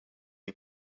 you